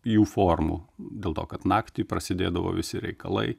jų formų dėl to kad naktį prasidėdavo visi reikalai